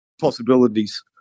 possibilities